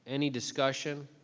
any discussion?